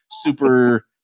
super